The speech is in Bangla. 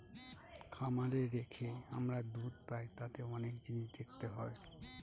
খামারে রেখে আমরা দুধ পাই তাতে অনেক জিনিস দেখতে হয়